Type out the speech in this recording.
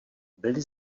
byly